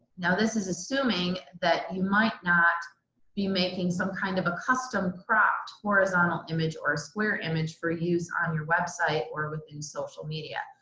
now this is assuming that you might not be making some kind of a custom cropped horizontal image or a square image for use on your website or within social media.